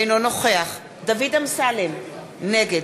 אינו נוכח דוד אמסלם, נגד